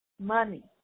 money